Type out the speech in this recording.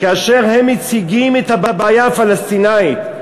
כאשר הם מציגים את הבעיה הפלסטינית,